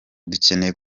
dukeneye